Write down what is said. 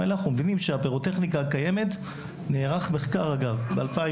אני אגע בכמה